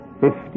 Fifty